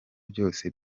byose